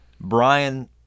Brian